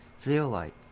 Zeolite